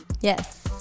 Yes